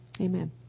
Amen